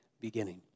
beginning